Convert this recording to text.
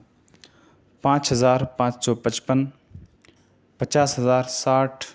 پانچ ہزار پانچ سو پچپن پچاس ہزار ساٹھ